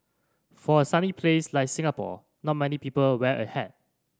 for a sunny place like Singapore not many people wear a hat